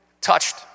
touched